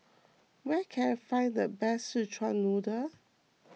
where can I find the best Szechuan Noodle